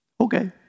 Okay